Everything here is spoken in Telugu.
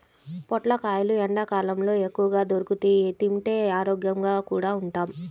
పొట్లకాయలు ఎండ్లకాలంలో ఎక్కువగా దొరుకుతియ్, తింటే ఆరోగ్యంగా కూడా ఉంటాం